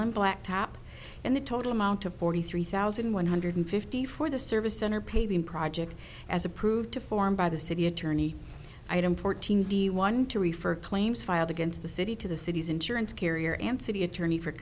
elan blacktop and the total amount of forty three thousand one hundred fifty for the service center paving project as approved to form by the city attorney item fourteen d one to refer claims filed against the city to the city's insurance carrier and city attorney for